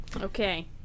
Okay